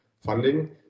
funding